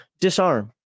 disarm